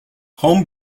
home